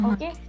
Okay